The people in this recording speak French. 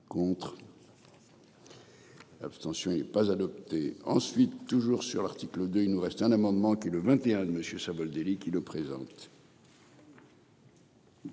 Contre. Ça. L'abstention est pas adopté ensuite toujours sur l'article de. Il nous reste un amendement qui le 21 monsieur Savoldelli qui le présente.